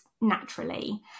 naturally